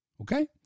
Okay